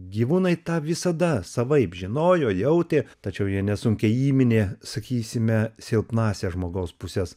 gyvūnai tą visada savaip žinojo jautė tačiau jie nesunkiai įminė sakysime silpnąsias žmogaus puses